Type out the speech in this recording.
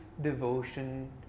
devotion